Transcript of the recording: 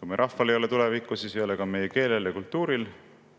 Kui meie rahval ei ole tulevikku, siis ei ole ka meie keelel ja kultuuril